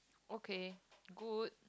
okay good